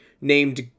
named